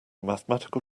mathematical